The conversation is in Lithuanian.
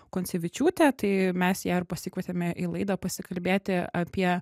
koncevičiūtę tai mes ją ir pasikvietėme į laidą pasikalbėti apie